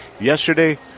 yesterday